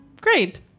Great